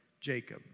Jacob